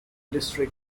district